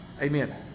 Amen